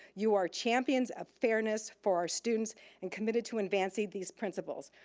you are champions of fairness for our students and committed to advancing these principles.